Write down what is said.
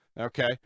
okay